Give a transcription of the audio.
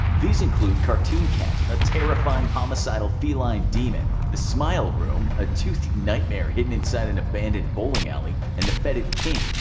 these include cartoon cat, a terrifying, homicidal feline demon. the smile room, a toothy nightmare hidden inside an abandoned bowling alley. and the fetid king,